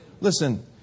Listen